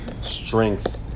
strength